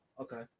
Okay